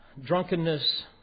drunkenness